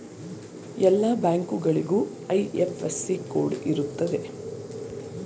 ಎಲ್ಲ ಬ್ಯಾಂಕ್ಗಳಿಗೂ IFSC code ಇರ್ತದೆ